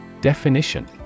Definition